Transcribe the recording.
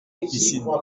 piscine